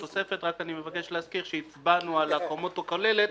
מבקש להזכיר שהצבענו על הכמות הכוללת,